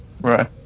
right